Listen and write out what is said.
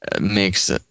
makes